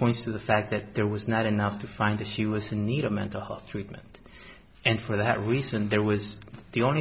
points to the fact that there was not enough to find that she was in need of mental health treatment and for that reason there was the only